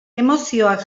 emozioak